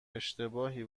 اشتباهی